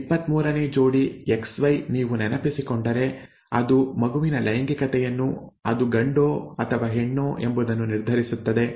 23 ನೇ ಜೋಡಿ XY ನೀವು ನೆನಪಿಸಿಕೊಂಡರೆ ಅದು ಮಗುವಿನ ಲೈಂಗಿಕತೆಯನ್ನು ಅದು ಗಂಡೋ ಅಥವಾ ಹೆಣ್ಣೋ ಎಂಬುದನ್ನು ನಿರ್ಧರಿಸುತ್ತದೆ